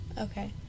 okay